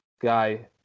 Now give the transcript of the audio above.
guy